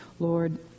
Lord